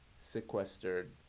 sequestered